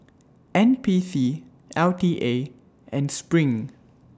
N P C L T A and SPRING